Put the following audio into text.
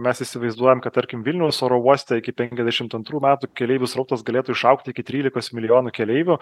mes įsivaizduojam kad tarkim vilniaus oro uoste iki penkiasdešimt antrų metų keleivių srautas galėtų išaugti iki trylikos milijonų keleivių